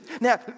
Now